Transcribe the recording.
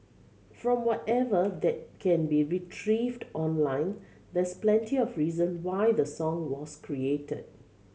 from whatever that can be retrieved online there's plenty of reason why the song was created